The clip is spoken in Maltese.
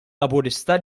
laburista